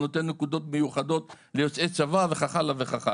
הוא נותן נקודות מיוחדות ליוצאי צבא וכך הלאה וכך הלאה.